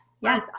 Yes